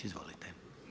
Izvolite.